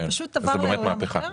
זאת באמת מהפכה.